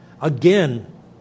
Again